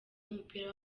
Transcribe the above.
w’umupira